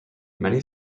many